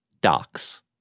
docs